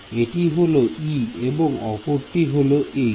এটি হলো E এবং অপরটি হল H